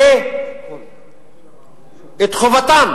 את חובתם